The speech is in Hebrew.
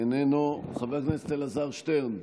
איננו, חבר הכנסת אלעזר שטרן,